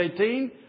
18